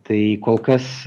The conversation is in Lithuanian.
tai kol kas